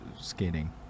skating